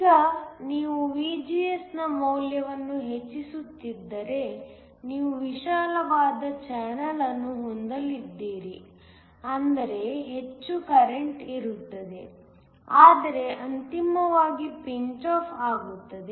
ಈಗ ನೀವು VGS ನ ಮೌಲ್ಯವನ್ನು ಹೆಚ್ಚಿಸುತ್ತಿದ್ದರೆ ನೀವು ವಿಶಾಲವಾದ ಚಾನಲ್ ಅನ್ನು ಹೊಂದಲಿದ್ದೀರಿ ಅಂದರೆ ಹೆಚ್ಚು ಕರೆಂಟ್ ಇರುತ್ತದೆ ಆದರೆ ಅಂತಿಮವಾಗಿ ಪಿಂಚ್ ಆಫ್ ಆಗುತ್ತದೆ